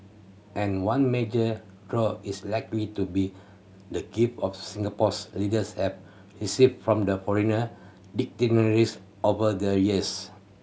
and one major draw is likely to be the gift of Singapore's leaders have received from the foreigner dignitaries over the years